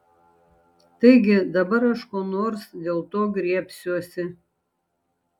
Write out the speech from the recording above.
taigi dabar aš ko nors dėl to griebsiuosi